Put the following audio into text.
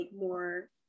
more